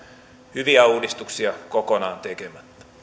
hyviä uudistuksia kokonaan tekemättä